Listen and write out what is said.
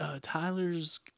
Tyler's